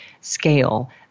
scale